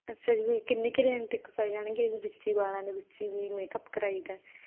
ਅੱਛਾ ਜੀ ਕਿੰਨੇ ਕੁ ਰੇਂਜ ਤੱਕ ਪੈ ਜਾਣਗੇ ਜੀ ਵਿੱਚ ਹੀ ਬਾਲਾਂ ਦਾ ਵਿੱਚ ਹੀ ਵੀ ਮੇਕਅਪ ਕਰਾਈ ਦਾ